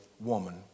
woman